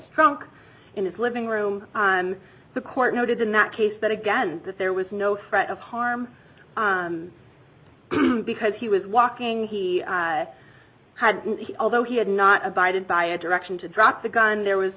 stroke in his living room and the court noted in that case that again that there was no threat of harm because he was walking he had although he had not abided by a direction to drop the gun there was